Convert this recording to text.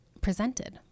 presented